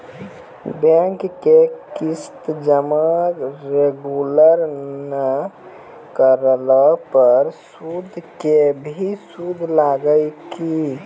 Bank के किस्त जमा रेगुलर नै करला पर सुद के भी सुद लागै छै कि?